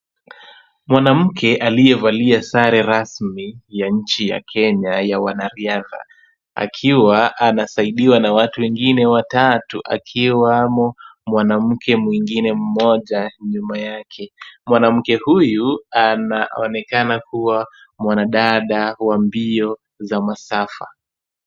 Mwanamke aliyevalia sare rasmi ya nchi ya Kenya ya wanariadha, akiwa anasaidiwa na watu wengine watatu akiwamo mwanamke mwingine mmoja nyuma yake. Mwanamke huyu anaonekana kuwa mwanadada wa mbio za masafa.